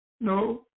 No